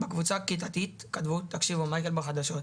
בקבוצה הכיתתית כתבו שמייקל בחדשות,